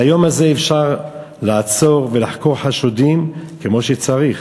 מהיום הזה אפשר לעצור ולחקור חשודים כמו שצריך.